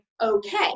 okay